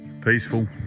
Peaceful